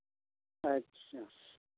अच्छा